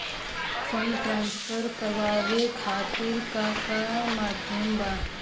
Fund transfer करवाये खातीर का का माध्यम बा?